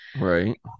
Right